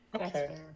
okay